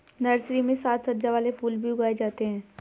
nursery में साज सज्जा वाले फूल भी उगाए जाते हैं